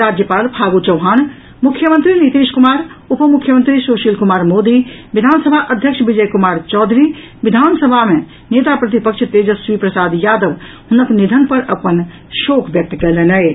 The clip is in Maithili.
राज्यपाल फागू चौहान मुख्यमंत्री नीतीश कुमार उप मुख्यमंत्री सुशील कुमार मोदी विधान सभा अध्यक्ष विजय कुमार चौधरी विधानसभा मे नेता प्रतिपक्ष तेजस्वी प्रसाद यादव हुनक निधन पर अपन शोक व्यक्त कयलनि अछि